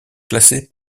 classées